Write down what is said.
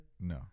No